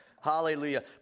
Hallelujah